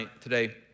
today